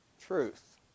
truth